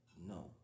no